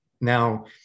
Now